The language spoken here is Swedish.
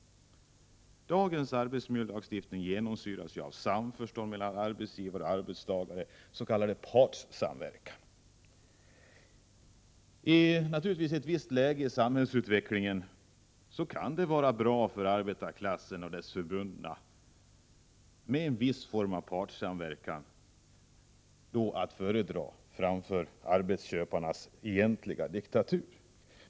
Den nu gällande arbetsmiljölagstiftningen genomsyras av samförstånd mellan arbetsgivare och arbetstagare is.k. partssamverkan. Naturligtvis kan det i ett visst läge vara bra för arbetarklassen och dess förbundna med någon form av partssamverkan. Det kan vara att föredra framför arbetsköparnas egentliga diktatur.